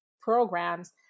programs